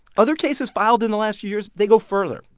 other cases filed in the last few years, they go further.